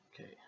Okay